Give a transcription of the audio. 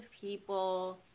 people